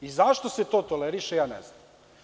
Zašto se to toleriše, ja ne znam.